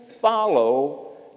follow